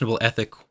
ethic